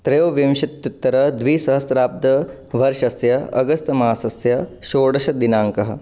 त्रयोविंशत्युत्तरद्विसहस्राब्दवर्षस्य अगस्त् मासस्य षोडशः दिनाङ्कः